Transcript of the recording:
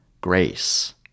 grace